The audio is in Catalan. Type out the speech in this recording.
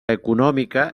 econòmica